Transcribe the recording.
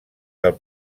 del